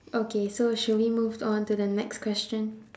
okay so should we move on to the next question